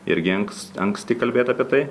irgi anks anksti kalbėt apie tai